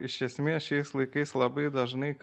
iš esmės šiais laikais labai dažnai kas